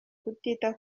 kutita